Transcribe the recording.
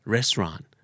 Restaurant